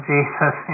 Jesus